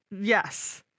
Yes